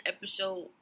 Episode